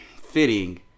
fitting